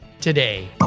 today